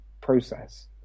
process